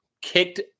kicked